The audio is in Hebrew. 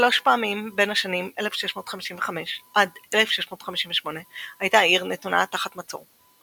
שלוש פעמים בין השנים 1655–1658 הייתה העיר נתונה תחת מצור,